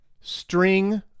string